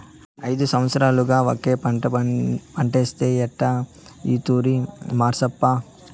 ఐదు సంవత్సరాలుగా ఒకే పంటేస్తే ఎట్టా ఈ తూరి మార్సప్పా